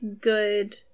good